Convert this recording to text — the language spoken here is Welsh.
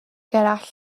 gerallt